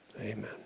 Amen